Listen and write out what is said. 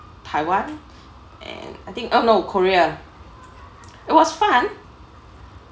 taiwan and I think oh no korea it was fun